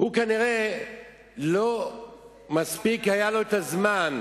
קיבלתם מה שאתם רוצים,